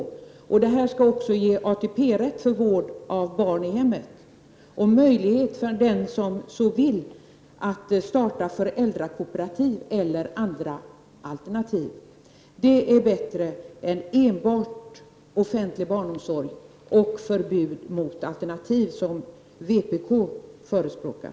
Vård av barn i hemmet skall också ge ATP-rätt och möjlighet för dem som så vill att starta ett föräldrakooperativ eller andra alternativ. Det är bättre än enbart offentlig barnomsorg och förbud mot alternativ, något som vpk förespråkar.